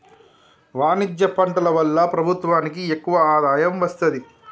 వాణిజ్య పంటల వల్ల ప్రభుత్వానికి ఎక్కువ ఆదాయం వస్తది